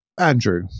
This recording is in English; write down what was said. Andrew